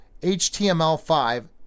HTML5